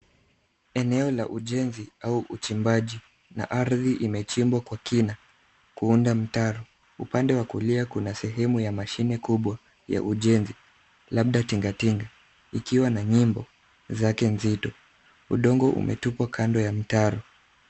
Eneo la ujenzi au uchimbaji na ardhi imechimbwa kwa kina kuunda mtaro. Upande wa kulia kuna sehemu ya mashine kubwa ya ujenzi, labda tinga tinga ikiwa na nimbo zake mzito. Udongo umetupwa kando ya mtaro.